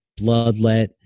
Bloodlet